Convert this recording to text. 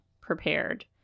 prepared